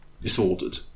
Disordered